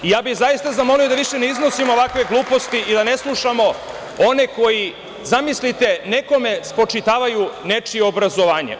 Ja bih zaista zamolio da više ne iznosimo ovakve gluposti da ne slušamo one koji, zamislite, nekome spočitavaju nečije obrazovanje.